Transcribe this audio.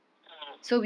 ah